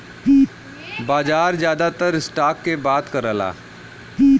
बाजार जादातर स्टॉक के बात करला